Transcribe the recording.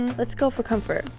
let's go for comfort.